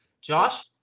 Josh